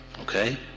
Okay